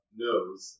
knows